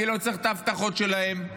אני לא צריך את ההבטחות שלהם.